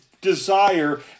desire